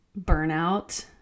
burnout